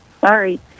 Sorry